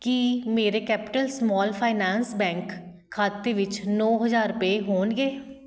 ਕੀ ਮੇਰੇ Capital Small Finance Bank ਖਾਤੇ ਵਿੱਚ ਨੌਂ ਹਜ਼ਾਰ ਰੁਪਏ ਹੋਣਗੇ